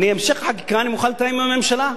המשך חקיקה אני מוכן לתאם עם הממשלה.